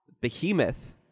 Behemoth